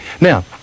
Now